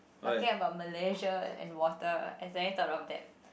talking about Malaysia and water I suddenly thought of that